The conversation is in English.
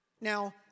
Now